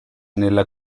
nella